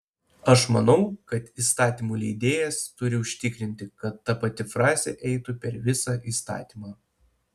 aš manau kad įstatymų leidėjas turi užtikrinti kad ta pati frazė eitų per visą įstatymą